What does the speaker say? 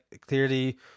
clearly